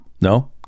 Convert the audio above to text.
No